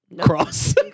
Cross